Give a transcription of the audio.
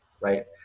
right